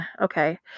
okay